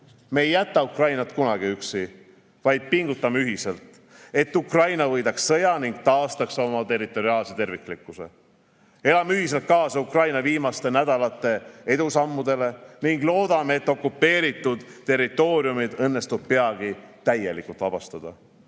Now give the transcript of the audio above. Me ei jäta Ukrainat kunagi üksi, vaid pingutame ühiselt, et Ukraina võidaks sõja ja taastaks oma territoriaalse terviklikkuse. Elame ühiselt kaasa Ukraina viimaste nädalate edusammudele ning loodame, et okupeeritud territooriumid õnnestub peagi täielikult vabastada.